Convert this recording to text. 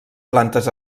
plantes